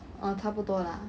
嗯差不多啦